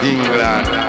England